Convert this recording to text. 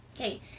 Okay